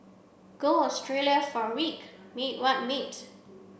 go Australia for a week mate what mate